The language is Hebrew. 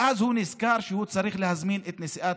ואז הוא נזכר שהוא צריך להזמין את נשיאת